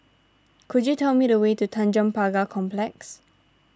could you tell me the way to Tanjong Pagar Complex